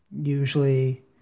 Usually